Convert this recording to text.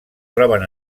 troben